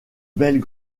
belles